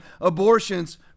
abortions